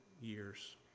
years